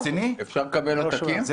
אפשר לקבל עותקים?